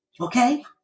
Okay